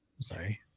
sorry